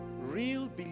Real